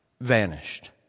vanished